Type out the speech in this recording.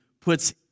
puts